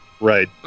Right